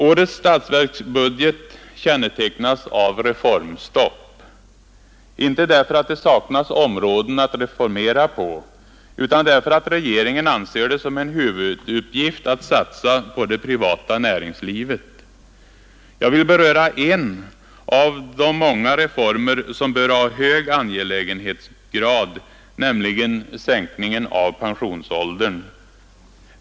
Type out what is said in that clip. Årets statsverksbudget kännetecknas av reformstopp — inte därför att det saknas områden, på vilka man kan reformera, utan därför att regeringen anser det som en huvuduppgift att satsa på det privata näringslivet. Jag vill beröra en av de många reformer som bör ha hög angelägenhetsgrad, nämligen sänkning av pensionsåldern.